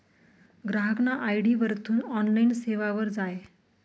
ग्राहकना आय.डी वरथून ऑनलाईन सेवावर जाय